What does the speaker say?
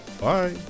Bye